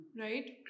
right